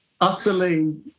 utterly